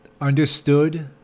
understood